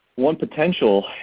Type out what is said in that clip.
one potential